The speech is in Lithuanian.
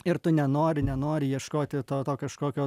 ir tu nenori nenori ieškoti to to kažkokio